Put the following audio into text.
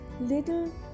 little